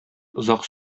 озак